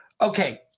okay